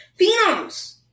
phenoms